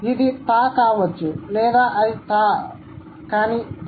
ఇది "త" కావచ్చు లేదా అది థా కానీ త